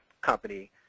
company